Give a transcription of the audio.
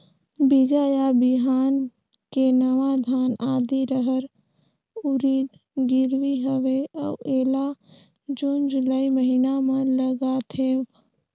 बीजा या बिहान के नवा धान, आदी, रहर, उरीद गिरवी हवे अउ एला जून जुलाई महीना म लगाथेव?